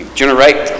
generate